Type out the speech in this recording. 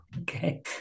Okay